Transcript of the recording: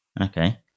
Okay